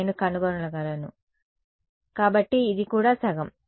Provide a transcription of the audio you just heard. నేను కనుగొనగలను కాబట్టి ఇది కూడా సగం